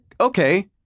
okay